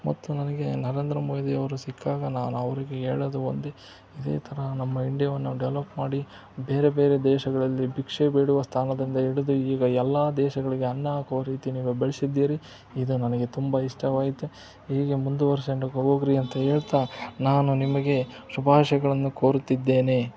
ಮತ್ತು ನನಗೆ ನರೇಂದ್ರ ಮೋದಿಯವರು ಸಿಕ್ಕಾಗ ನಾನು ಅವರಿಗೆ ಹೇಳದು ಒಂದೇ ಇದೇ ಥರ ನಮ್ಮ ಇಂಡ್ಯಾವನ್ನು ಡೆವಲಪ್ ಮಾಡಿ ಬೇರೆ ಬೇರೆ ದೇಶಗಳಲ್ಲಿ ಭಿಕ್ಷೆ ಬೇಡುವ ಸ್ಥಾನದಿಂದ ಇಳಿದು ಈಗ ಎಲ್ಲ ದೇಶಗಳಿಗೆ ಅನ್ನ ಹಾಕುವ ರೀತಿ ನೀವು ಬೆಳೆಸಿದ್ದೀರಿ ಇದು ನನಗೆ ತುಂಬ ಇಷ್ಟವಾಯಿತು ಹೀಗೆ ಮುಂದುವರ್ಸ್ಕಂಡು ಹೋಗಿರಿ ಅಂತ ಹೇಳ್ತಾ ನಾನು ನಿಮಗೆ ಶುಭಾಷಯಗಳನ್ನು ಕೋರುತ್ತಿದ್ದೇನೆ